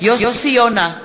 יוסי יונה,